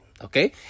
okay